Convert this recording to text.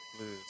lose